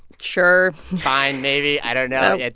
sure fine, maybe. i don't know.